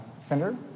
Senator